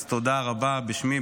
אז תודה רבה בשמי,